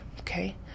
okay